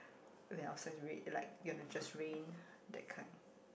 when upstairs red you like you wanna just rain that kind